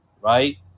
right